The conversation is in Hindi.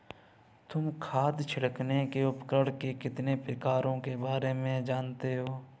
तुम खाद छिड़कने के उपकरण के कितने प्रकारों के बारे में जानते हो?